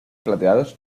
plateados